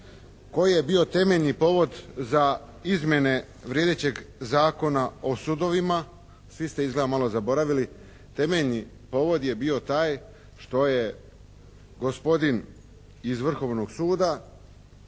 koji je bio temeljni povod za izmjene vrijedećeg Zakona o sudovima. Svi ste izgleda malo zaboravili. Temeljni povod je bio taj što je gospodin iz Vrhovnog suda